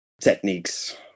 techniques